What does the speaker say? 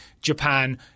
Japan